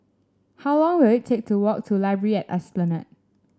how long will it take to walk to Library at Esplanade